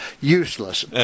useless